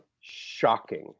shocking